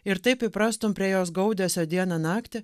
ir taip įprastum prie jos gaudesio dieną naktį